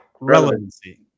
relevancy